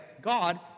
God